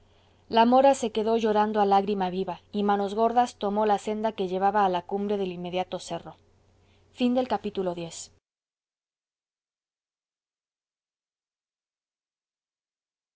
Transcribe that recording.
la mora se quedó llorando a lágrima viva y manos gordas tomó la senda que llevaba a la cumbre del inmediato cerro xi